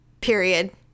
Period